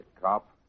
cop